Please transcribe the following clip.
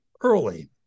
early